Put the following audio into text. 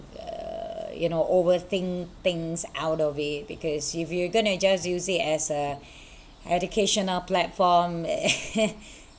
uh you know overthink things out of it because if you're going to just use it as a educational platform